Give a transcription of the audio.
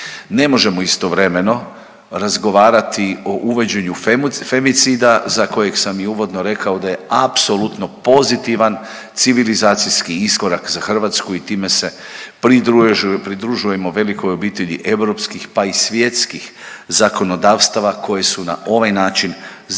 Ne možemo istovremeno razgovarati o uvođenju femicida za kojeg sam i uvodno rekao da je apsolutno pozitivan civilizacijski iskorak za Hrvatsku i time se pridruž… pridružujemo velikoj obitelji europskih pa i svjetskih zakonodavstva koje su na ovaj način,